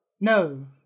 No